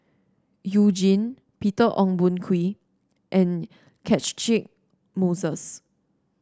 You Jin Peter Ong Boon Kwee and Catchick Moses